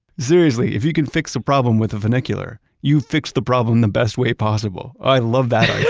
seriously. if you can fix a problem with a funicular, you fixed the problem the best way possible. i love that.